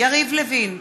יריב לוין,